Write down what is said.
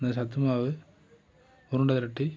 இந்த சத்துமாவு உருண்டை திரட்டி